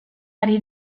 ari